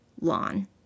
lawn